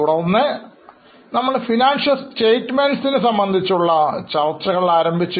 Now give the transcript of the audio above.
തുടർന്ന് നമ്മൾ financial statements ആരംഭിച്ചു